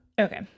okay